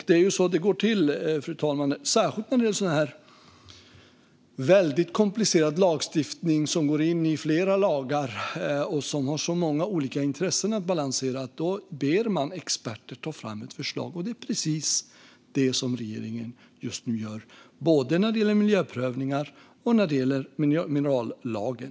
Det är så det går till, fru talman - särskilt när det gäller sådan här komplicerad lagstiftning, som går in i flera lagar och som har många olika intressen att balansera. Då ber man experter ta fram ett förslag, och det är precis det regeringen just nu gör både när det gäller miljöprövningar och när det gäller minerallagen.